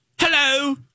hello